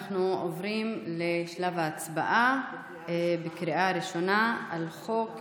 אנחנו עוברים לשלב ההצבעה בקריאה ראשונה על הצעת